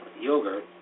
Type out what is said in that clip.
yogurt